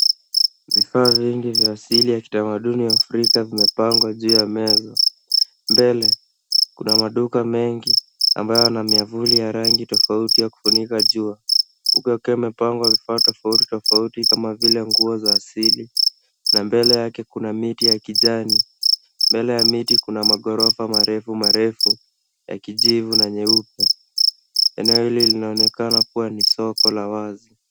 Vifaa vingi vya asili ya kitamaduni ya Afrika vimepangwa juu ya meza. Mbele, kuna maduka mengi ambayo yana myavuli ya rangi tofauti ya kufunika jua huku yakiwa yamepangwa vifaa tofauti tofauti kama vile nguo za asili na mbele yake kuna miti ya kijani. Mbele ya miti kuna magorofa marefu marefu ya kijivu na nyeupe. Eneo hili linaonekana ni soko la wazi.